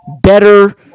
better